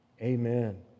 amen